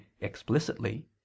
explicitly